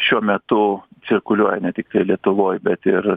šiuo metu cirkuliuoja ne tiktai lietuvoj bet ir